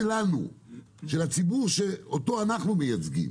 הציבור שאותו אנחנו מייצגים,